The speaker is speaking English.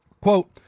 quote